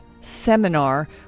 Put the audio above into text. seminar